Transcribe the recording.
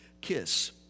kiss